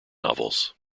novels